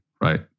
right